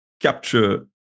capture